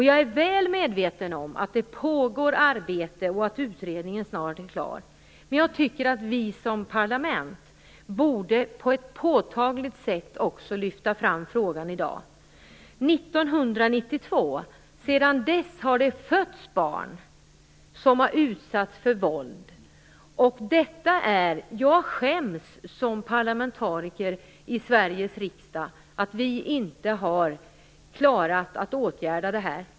Jag är väl medveten om att det pågår arbete och att utredningen snart är klar, men jag tycker att vi i parlamentet på ett påtagligt sätt borde lyfta fram frågan i dag. Sedan 1992 har det fötts barn som har utsatts för våld. Jag skäms som parlamentariker i Sveriges riksdag över att vi inte har klarat att åtgärda problemen.